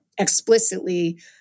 explicitly